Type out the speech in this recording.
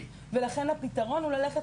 לכן הפתרון הוא ללכת